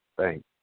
thanks